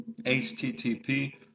http